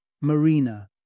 Marina